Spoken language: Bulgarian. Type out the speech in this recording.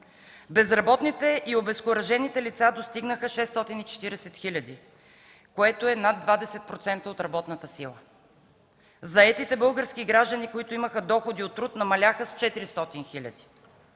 Безработните и обезкуражените лица достигнаха 640 хиляди, което е над 20% от работната сила. Заетите български граждани, които имаха доходи от труд, намаляха с 400 хиляди.